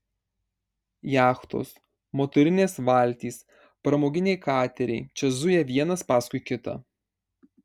jachtos motorinės valtys pramoginiai kateriai čia zuja vienas paskui kitą